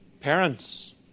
Parents